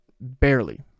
Barely